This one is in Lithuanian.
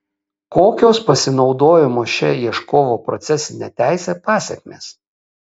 kokios pasinaudojimo šia ieškovo procesine teise pasekmės